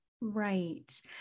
Right